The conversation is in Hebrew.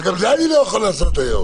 וגם זה אני לא יכול לעשות היום.